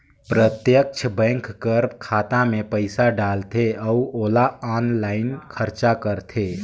प्रत्यक्छ बेंक कर खाता में पइसा डालथे अउ ओला आनलाईन खरचा करथे